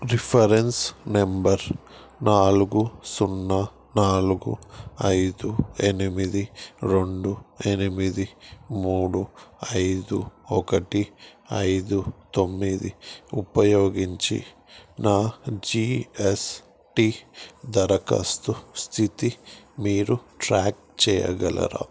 reference number నాలుగు సున్నా నాలుగు ఐదు ఎనిమిది రెండు ఎనిమిది మూడు ఐదు ఒకటి ఐదు తొమ్మిది ఉపయోగించి నా జీ ఎస్ టీ ధరఖాస్తు స్థితి మీరు ట్రాక్ చేయగలరా